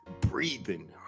Breathing